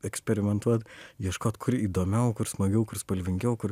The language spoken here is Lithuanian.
eksperimentuot ieškot kur įdomiau kur smagiau kur spalvingiau kur